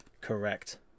Correct